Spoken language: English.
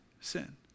sin